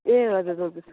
ए हजुर हजुर